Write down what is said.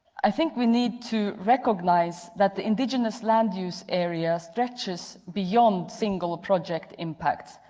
i think we need to recognize that the indigenous land-use area stretches beyond single ah project impacts,